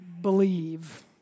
believe